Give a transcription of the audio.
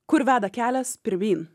kur veda kelias pirmyn